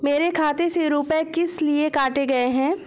मेरे खाते से रुपय किस लिए काटे गए हैं?